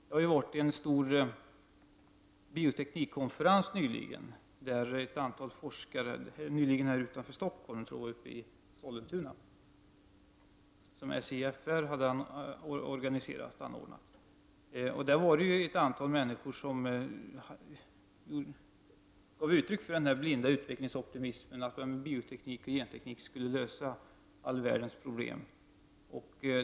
Det har ju nyligen hållits en stor bioteknisk konferens i Sollentuna som organiserades av SJFR. Då gav ett antal människor uttryck för den blinda utvecklingsoptimismen: bioteknik och genteknik skall lösa all världens problem.